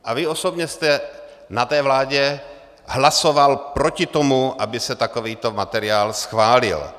A vy osobně jste na té vládě hlasoval proti tomu, aby se takovýto materiál schválil?